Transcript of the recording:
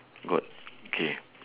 good okay